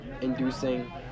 inducing